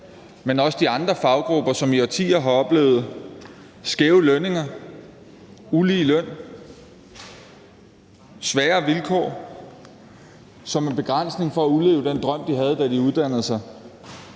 men også de andre faggrupper, som i årtier har oplevet skæve lønninger, uligeløn og svære vilkår som en begrænsning for at udleve den drøm, de havde, da de uddannede sig,